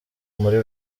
muri